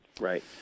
Right